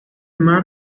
mar